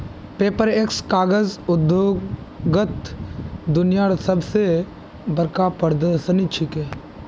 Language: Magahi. पेपरएक्स कागज उद्योगत दुनियार सब स बढ़का प्रदर्शनी छिके